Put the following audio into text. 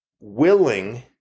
willing